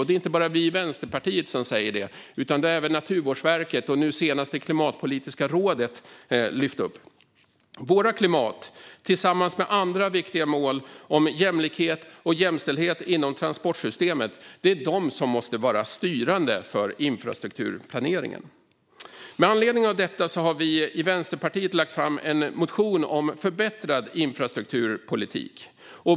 Det är inte bara vi i Vänsterpartiet som säger detta, utan det har även Naturvårdsverket och nu senast Klimatpolitiska rådet lyft fram. Vårt klimatmål, tillsammans med andra viktiga mål om jämlikhet och jämställdhet inom transportsystemet, måste vara styrande för infrastrukturplaneringen. Med anledning av detta har vi i Vänsterpartiet lagt fram en motion om en förbättrad infrastrukturpolitik.